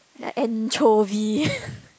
ya anchovy